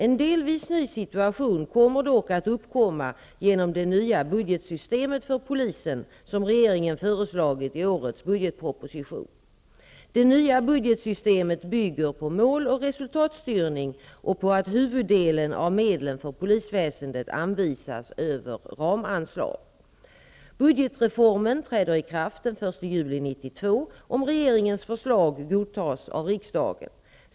En delvis ny situation kommer dock att uppkomma genom det nya budgetsystem för polisen som regeringen föreslagit i årets budgetproposition. Det nya budgetsystemet bygger på mål och resultatstyrning och på att huvuddelen av medlen för polisväsendet anvisas över ramanslag. Budgetreformen träder i kraft den 1 juli 1992, om regeringens förslag godtas av riksdagen.